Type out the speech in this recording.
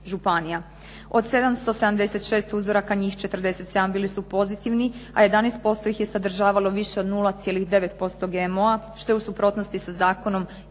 Od 776 uzoraka, njih 47 bili su pozitivni, a 11% ih je sadržavalo više od 0,9% GMO-a što je u suprotnosti sa zakonom